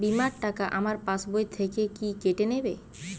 বিমার টাকা আমার পাশ বই থেকে কি কেটে নেবে?